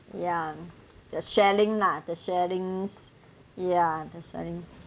ya the sharing the sharing ya the sharing